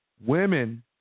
Women